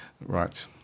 Right